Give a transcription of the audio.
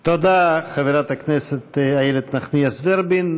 תודה, חברת הכנסת איילת נחמיאס ורבין.